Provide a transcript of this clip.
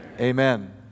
amen